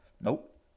Nope